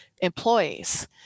employees